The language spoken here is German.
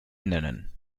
nennen